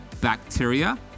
bacteria